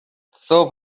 صبح